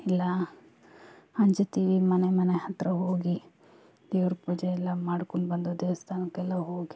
ಎಲ್ಲ ಹಂಚುತ್ತಿವಿ ಮನೆ ಮನೆ ಹತ್ತಿರ ಹೋಗಿ ದೇವ್ರ ಪೂಜೆ ಎಲ್ಲ ಮಾಡ್ಕೊಬಂದು ದೇವಸ್ಥಾನಕ್ಕೆಲ್ಲ ಹೋಗಿ